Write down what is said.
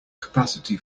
capacity